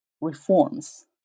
reforms